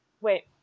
Wait